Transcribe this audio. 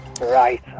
Right